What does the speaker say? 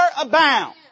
abound